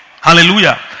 Hallelujah